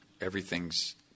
everything's